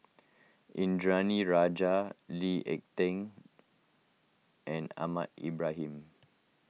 Indranee Rajah Lee Ek Tieng and Ahmad Ibrahim